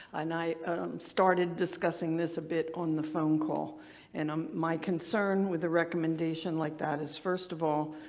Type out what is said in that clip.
and i started discussing this a bit on the phone call and um my concern with a recommendation like that is first of all,